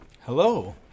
Hello